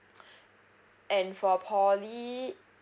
and for poly